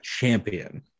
champion